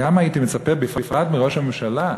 הייתי מצפה, בפרט מראש הממשלה,